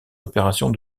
opérations